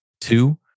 Two